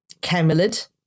camelid